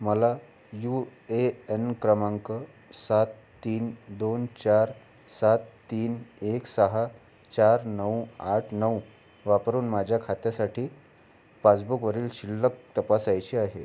मला U A N क्रमांक सात तीन दोन चार सात तीन एक सहा चार नऊ आठ नऊ वापरून माझ्या खात्यासाठी पासबुकवरील शिल्लक तपासायची आहे